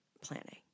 planning